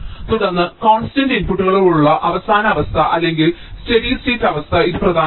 തുടർന്ന് കോൺസ്റ്റന്റ് ഇൻപുട്ടുകളുള്ള അവസാന അവസ്ഥ അല്ലെങ്കിൽ സ്റ്റെഡി സ്റ്റേറ്റ് അവസ്ഥ ഇത് പ്രധാനമാണ്